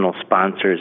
sponsors